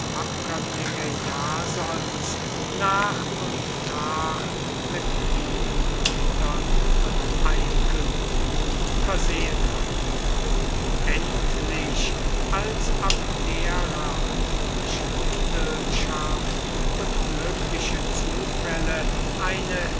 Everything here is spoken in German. abkömmlinge jasons nach und nach mit vielen gütern und einkünften versehen hatte endlich als abdera durch handelschaft und glückliche zufälle eine